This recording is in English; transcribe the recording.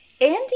Andy